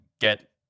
get